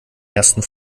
ersten